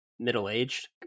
middle-aged